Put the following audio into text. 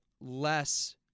less